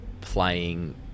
playing